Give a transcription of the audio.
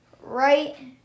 right